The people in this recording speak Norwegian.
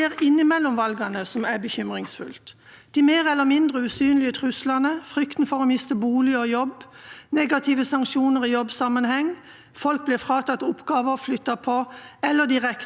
folk blir fratatt oppgaver eller flyttet på, eller direkte eller skjulte trusler som rettes mot familien din. Korrupsjon spiller en stor rolle i land som pynter seg med demokrati,